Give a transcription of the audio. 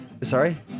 Sorry